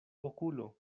okulo